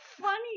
funny